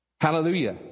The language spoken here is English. Hallelujah